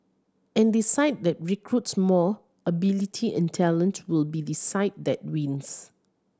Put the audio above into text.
and the side that recruits more ability and talent will be the side that wins